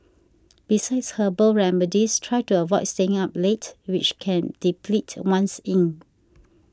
besides herbal remedies try to avoid staying up late which can deplete one's yin